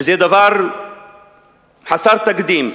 וזה דבר חסר תקדים,